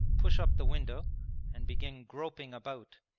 push up the window and begin groping about.